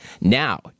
Now